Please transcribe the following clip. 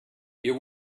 you